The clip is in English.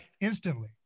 instantly